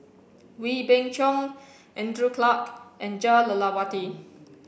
Wee Beng Chong Andrew Clarke and Jah Lelawati